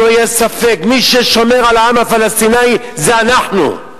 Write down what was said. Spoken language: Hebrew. שלא יהיה ספק: מי ששומר על העם הפלסטיני זה אנחנו,